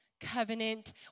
covenant